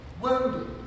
Wounded